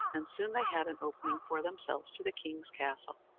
and soon they had an opening for themselves to the king's castle.